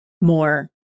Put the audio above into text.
more